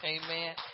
Amen